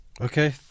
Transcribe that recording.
Okay